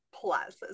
Plus